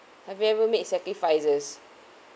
have you ever made sacrifices